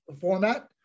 format